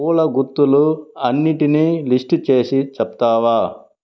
పూల గుత్తులు అన్నిటినీ లిస్టు చేసి చెప్తావా